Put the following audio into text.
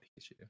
pikachu